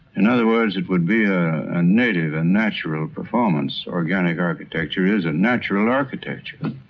in other words it would be a native and natural performance. organic architecture is a natural architecture,